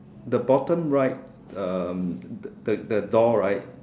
the bottom right um the the the door right